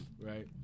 right